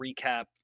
recap